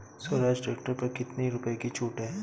Swaraj tractor पर कितनी रुपये की छूट है?